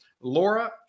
Laura